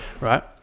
right